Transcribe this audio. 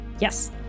Yes